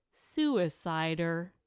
suicider